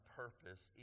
purpose